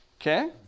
Okay